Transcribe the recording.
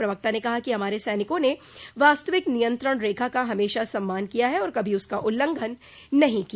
प्रवक्ता ने कहा कि हमारे सैनिकों ने वास्तविक नियंत्रण रेखा का हमेशा सम्मान किया है और कभी उसका उल्लंघन नहीं किया